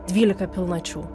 dvylika pilnačių